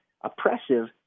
oppressive